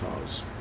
cause